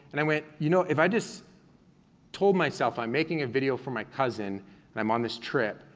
and i went, you know, if i just told myself i'm making a video for my cousin and i'm on this trip,